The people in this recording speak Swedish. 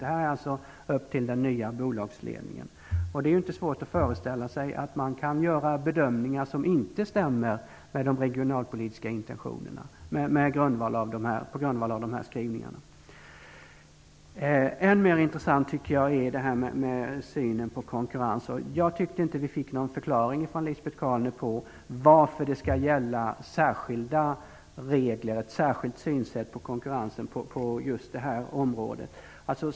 Det här är alltså upp till den nya bolagsledningen, och det är inte svårt att föreställa sig att man kan göra bedömningar som inte stämmer med de regionalpolitiska intentionerna på grundval av de här skrivningarna. Än mer intressant tycker jag det här med synen på konkurrens är. Jag tyckte inte att vi fick någon förklaring från Lisbet Calner på varför det skall gälla särskilda regler och ett särskilt synsätt på konkurrens just på det här området.